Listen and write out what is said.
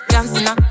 Dancing